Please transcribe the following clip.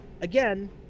again